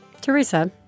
Teresa